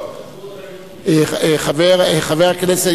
לא, דחו אותה ליום ראשון.